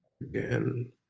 again